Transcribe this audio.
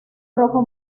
rojo